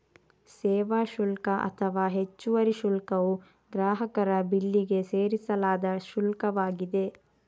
ಸೇವಾ ಶುಲ್ಕ ಅಥವಾ ಹೆಚ್ಚುವರಿ ಶುಲ್ಕವು ಗ್ರಾಹಕರ ಬಿಲ್ಲಿಗೆ ಸೇರಿಸಲಾದ ಶುಲ್ಕವಾಗಿದೆ